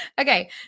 Okay